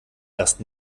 erst